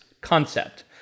concept